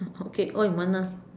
okay all in one ah